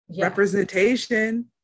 representation